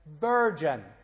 virgin